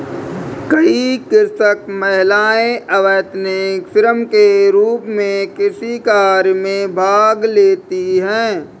कई कृषक महिलाएं अवैतनिक श्रम के रूप में कृषि कार्य में भाग लेती हैं